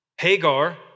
Hagar